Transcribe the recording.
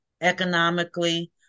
economically